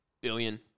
Billion